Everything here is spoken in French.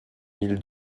mille